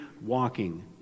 walking